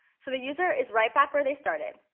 so the user is right back where they started,